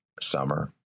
summer